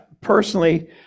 personally